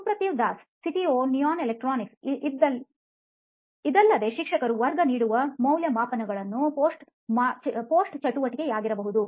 ಸುಪ್ರತಿವ್ Das CTO ನೋಯಿನ್ ಎಲೆಕ್ಟ್ರಾನಿಕ್ಸ್ಇದಲ್ಲದೆ ಶಿಕ್ಷಕರು ವರ್ಗ ನೀಡಿರುವ ಮೌಲ್ಯಮಾಪನಗಳು ಪೋಸ್ಟ್ ಚಟುವಟಿಕೆಯಾಗಿರಬಹುದು